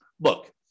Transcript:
look